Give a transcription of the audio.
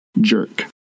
jerk